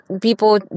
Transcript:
People